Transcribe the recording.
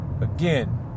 Again